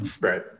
Right